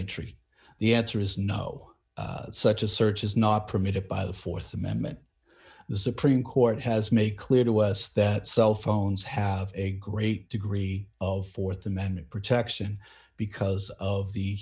entry the answer is no such a search is not permitted by the th amendment the supreme court has made clear to us that cell phones have a great degree of th amendment protection because of the